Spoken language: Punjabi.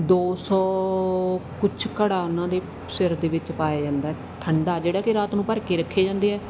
ਦੋ ਸੋ ਕੁਛ ਘੜਾ ਉਹਨਾਂ ਦੇ ਸਿਰ ਦੇ ਵਿੱਚ ਪਾਇਆ ਜਾਂਦਾ ਠੰਡਾ ਜਿਹੜਾ ਕਿ ਰਾਤ ਨੂੰ ਭਰ ਕੇ ਰੱਖੇ ਜਾਂਦੇ ਆ